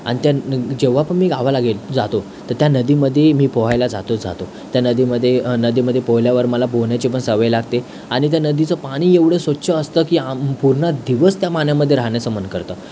आणि त्यानं जेव्हा पोहायला जातोच जातो त्या नदीमध्ये नदीमध्ये पोहल्यावर मला पोहण्याची पण सवय लागते आणि त्या नदीचं पाणी एवढं स्वच्छ असतं की आम पूर्ण दिवस त्या पाण्यामध्ये राहण्याचं मन करतं